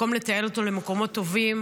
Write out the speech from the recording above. במקום לתעל אותו למקומות טובים,